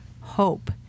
hope